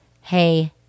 hey